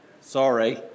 Sorry